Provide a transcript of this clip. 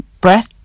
breath